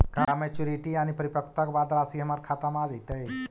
का मैच्यूरिटी यानी परिपक्वता के बाद रासि हमर खाता में आ जइतई?